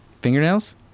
Fingernails